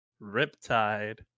Riptide